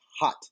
hot